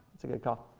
that's a good call.